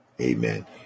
Amen